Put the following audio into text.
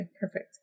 perfect